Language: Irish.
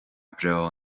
breá